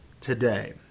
today